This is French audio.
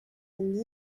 une